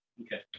Okay